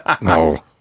no